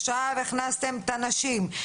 עכשיו הכנסתם את הנשים.